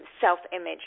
self-image